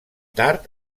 tard